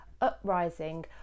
uprising